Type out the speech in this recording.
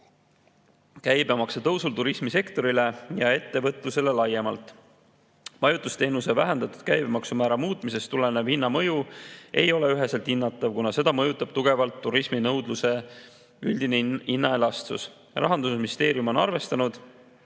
käibemaksu tõusul turismisektorile ja ettevõtlusele laiemalt?" Majutusteenuse vähendatud käibemaksumäära muutmisest tulenev hinnamõju ei ole üheselt hinnatav, kuna seda mõjutab tugevalt turisminõudluse üldine hinnaelastsus. Rahandusministeerium on arvestanud